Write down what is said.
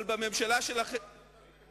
ישראל ביתנו לא.